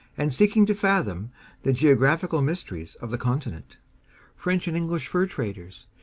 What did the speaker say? and seeking to fathom the geographical mysteries of the continent french and english fur-traders,